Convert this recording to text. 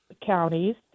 counties